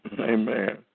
Amen